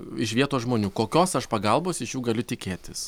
iš vietos žmonių kokios aš pagalbos iš jų gali tikėtis